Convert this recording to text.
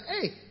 hey